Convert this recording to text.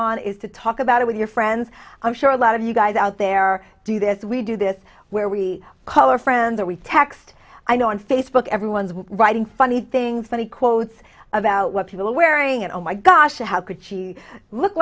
on is to talk about it with your friends i'm sure a lot of you guys out there do this we do this where we call our friend that we text i know on facebook everyone's writing funny things funny quotes about what people are wearing it oh my gosh how could she look